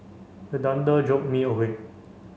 the thunder jolt me awake